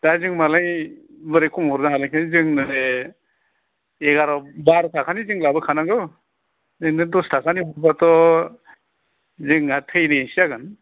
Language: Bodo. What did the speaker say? दा जों मालाय बोरै खम हरनो हालायखो जोंनो एगार बार ताखानि जों लाबो खानांगौ ओरैनो दस ताखानिबाथ' जोंहा थैनायसो जागोन